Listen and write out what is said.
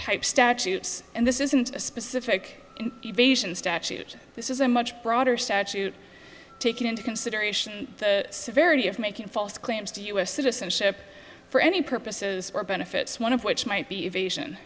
type statutes and this isn't a specific evasion statute this is a much broader statute taking into consideration the severity of making false claims to u s citizenship for any purposes or benefits one of which might be